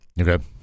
Okay